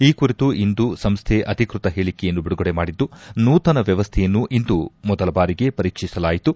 ಈ ಕುರಿತು ಇಂದು ಸಂಸ್ವೆ ಅಧಿಕೃತ ಹೇಳಿಕೆಯನ್ನು ಬಿಡುಗಡೆ ಮಾಡಿದ್ದು ನೂತನ ವ್ಯವಸ್ವೆಯನ್ನು ಇಂದು ಮೊದಲ ಬಾರಿಗೆ ಪರೀಕ್ಷಿಸಲಾಯಿತು